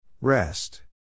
Rest